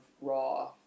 raw